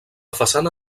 façana